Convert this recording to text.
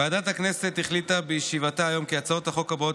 ועדת הכנסת החליטה בישיבתה היום כי הצעות החוק הבאות